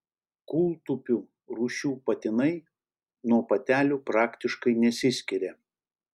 kūltupių rūšių patinai nuo patelių praktiškai nesiskiria